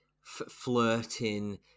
flirting